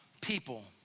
people